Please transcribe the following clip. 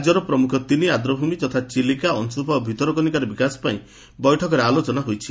ରାଜ୍ୟର ପ୍ରମୁଖ ତିନି ଆଦ୍ରଭ୍ରମି ଯଥା ଚିଲିକା ଅଂଶୁପା ଓ ଭିତରକନିକାର ବିକାଶ ପାଇଁ ବୈଠକରେ ଆଲୋଚନା ହୋଇଛି